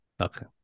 Okay